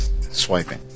swiping